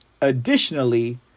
Additionally